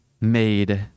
made